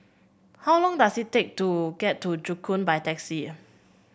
how long does it take to get to Joo Koon by taxi